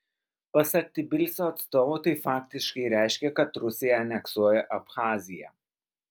pasak tbilisio atstovų tai faktiškai reiškia kad rusija aneksuoja abchaziją